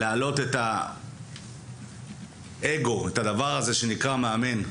להעלות את האגו, את הדבר הזה שנקרא מאמן.